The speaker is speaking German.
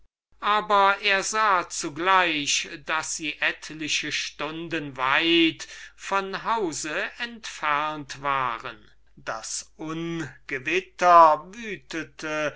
aber er sah zugleich daß sie etliche stunden weit von haus entfernt waren das ungewitter wütete